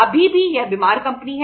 अभी भी यह एक बीमार कंपनी है